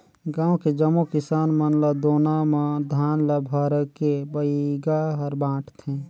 गांव के जम्मो किसान मन ल दोना म धान ल भरके बइगा हर बांटथे